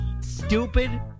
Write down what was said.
Stupid